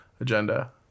agenda